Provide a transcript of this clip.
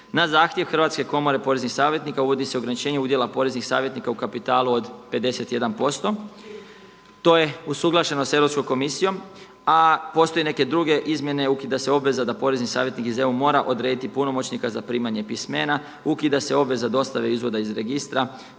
Na zahtjev Hrvatske komore poreznih savjetnika uvodi se ograničenje udjela poreznih savjetnika u kapitalu od 51%. To je usuglašeno sa Europskom komisijom, a postoje neke druge izmjene. Ukida se obveza da porezni savjetnik iz EU mora odrediti punomoćnika za primanje pismena. Ukida se obveza dostave izvoda iz registra,